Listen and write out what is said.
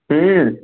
হুম